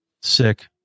Sick